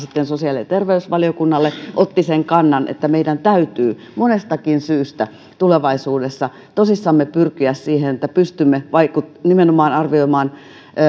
sosiaali ja terveysvaliokunnalle otti sen kannan että meidän täytyy monestakin syystä tulevaisuudessa tosissamme pyrkiä siihen että pystymme arvioimaan nimenomaan